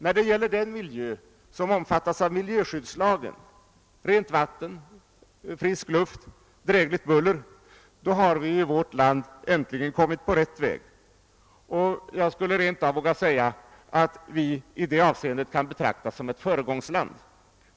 När det gäller den miljö, som omfattas av miljöskyddslagen — rent vatten, frisk luft och drägligt buller — har vi i vårt land äntligen kommit på rätt väg. Jag skulle rent av våga säga att Sverige i detta avseende kan betraktas som ett föregångsland.